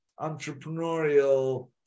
entrepreneurial